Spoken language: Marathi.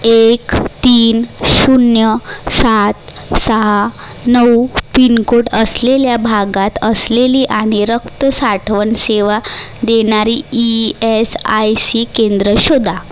एक तीन शून्य सात सहा नऊ पिनकोड असलेल्या भागात असलेली आणि रक्त साठवण सेवा देणारी ई एस आय सी केंद्रं शोधा